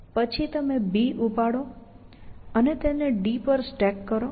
પછી તમે B ઉપાડો અને તેને D પર સ્ટેક કરો